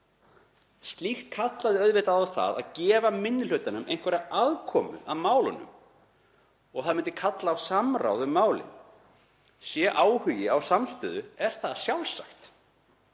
Slíkt kallar auðvitað á það að gefa minni hlutanum einhverja aðkomu að málunum og það myndi kalla á samráð um málin. Sé áhugi á samstöðu er það sjálfsagt.